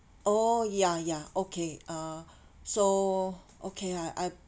oh ya ya okay uh so okay lah I